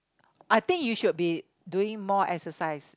I think you should be doing more exercise